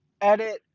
edit